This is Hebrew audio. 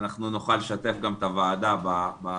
אנחנו נוכל גם לשתף את הוועדה בתמונות.